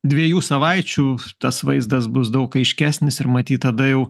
dviejų savaičių tas vaizdas bus daug aiškesnis ir matyt tada jau